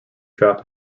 trap